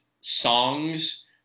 songs